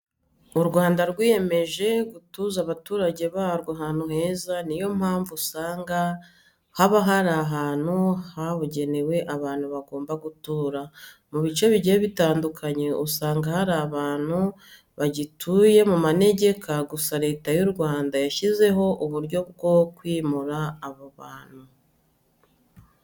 U Rwanda rwiyemeje gutuza abaturage barwo ahantu heza. Niyo mpamvu usanga haba hari ahantu habugenewe abantu bagomba guturaho . Mu bice bigiye bitandukanye usanga hari abantu bagituye mu manegeka gusa Leta y'u Rwanda yashyizeho uburyo bwo kwimura aba bantu.